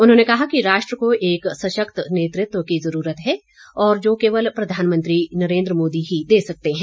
उन्होंने कहा कि राष्ट्र को एक सशक्त नेतृत्व की जरूरत है और जो केवल प्रधानमंत्री नरेन्द्र मोदी ही दे सकते हैं